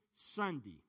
Sunday